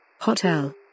Hotel